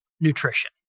nutrition